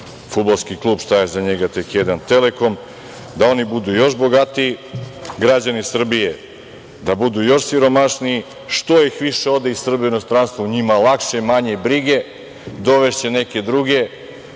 fudbalski klub, šta je za njega tek jedan „Telekom“, da oni budu još bogatiji. Građani Srbije da budu još siromašniji. Što ih više ode iz Srbije u inostranstvo njima lakše, manje brige, dovešće neke druge